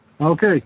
Okay